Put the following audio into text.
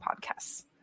podcasts